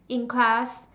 in class